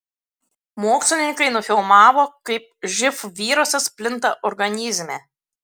mokslininkai nufilmavo kaip živ virusas plinta organizme